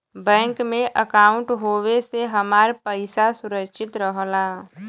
bank में अंकाउट होये से हमार पइसा सुरक्षित रहला